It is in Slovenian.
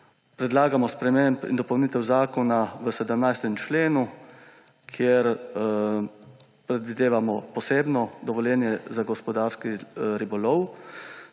predlagamo spremembe in dopolnitev zakona v 17. členu, kjer predvidevamo posebno dovoljenje za gospodarski ribolov.